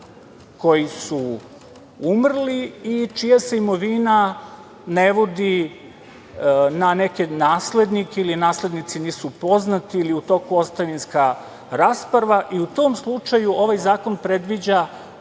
koji su umrli i čija se imovina ne vodi na neke naslednike ili naslednici nisu poznati ili je u toku ostavinska rasprava. U tom slučaju ovaj zakon predviđa